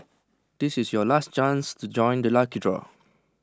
this is your last chance to join the lucky draw